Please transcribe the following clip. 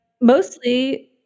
mostly